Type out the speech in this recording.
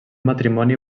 matrimoni